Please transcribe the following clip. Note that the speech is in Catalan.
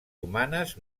humanes